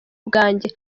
bwanjye